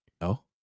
No